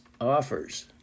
offers